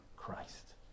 Christ